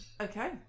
Okay